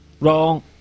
Wrong